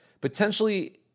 potentially –